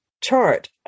chart